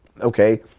okay